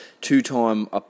two-time